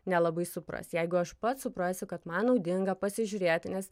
nelabai supras jeigu aš pats suprasiu kad man naudinga pasižiūrėti nes